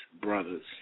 brothers